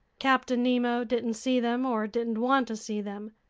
captain nemo didn't see them, or didn't want to see them.